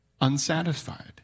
unsatisfied